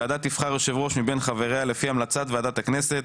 הוועדה תבחר יושב-ראש מבין חבירה לפי המלצת ועדת הכנסת,